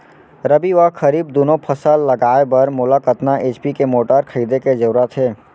रबि व खरीफ दुनो फसल लगाए बर मोला कतना एच.पी के मोटर खरीदे के जरूरत हे?